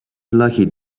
lucky